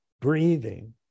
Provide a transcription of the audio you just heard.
breathing